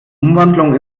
umwandlung